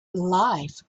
life